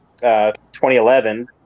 2011